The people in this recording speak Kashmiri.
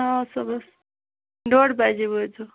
آ صُبحس ڈوٚڈ بجے وٲتزیٚو